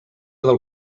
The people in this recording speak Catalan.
del